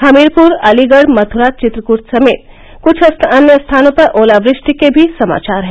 हमीरपुर अलीगढ़ मथुरा चित्रकूट समेत कुछ अन्य स्थानों पर ओलावृष्टि के भी समाचार हैं